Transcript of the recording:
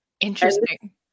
interesting